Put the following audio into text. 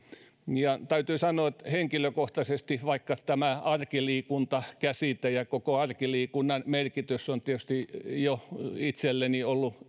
ja täytyy sanoa että henkilökohtaisesti vaikka arkiliikunta käsite ja koko arkiliikunnan merkitys on tietysti itselleni ollut